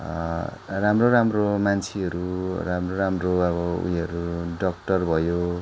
राम्रो राम्रो मान्छेहरू राम्रो राम्रो अब ऊ योहरू डाक्टर भयो